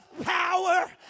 power